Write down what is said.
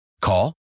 Call